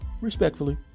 respectfully